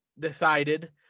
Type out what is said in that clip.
Decided